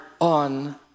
on